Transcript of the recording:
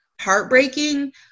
heartbreaking